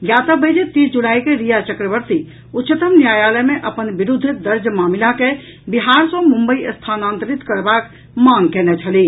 ज्ञातव्य अछि जे तीस जुलाई के रिया चक्रवर्ती उच्चतम न्यायालय मे अपन विरूद्ध दर्ज मामिला के बिहार सॅ मुंबई स्थानांतरित करबाक मांग कयने छलीह